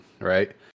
right